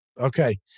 Okay